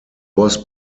was